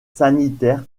sanitaire